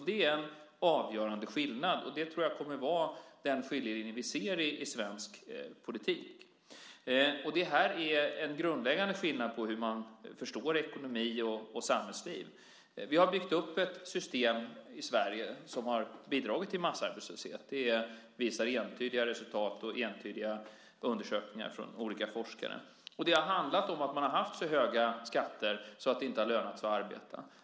Det är en avgörande skillnad, och jag tror att det kommer att vara den skiljelinje vi ser i svensk politik. Det är den grundläggande skillnaden i hur man förstår ekonomi och samhällsliv. Vi har i Sverige byggt upp ett system som bidragit till massarbetslöshet. Det framgår entydigt av de undersökningar som gjorts av olika forskare. Det har handlat om att man haft så höga skatter att det inte lönat sig att arbeta.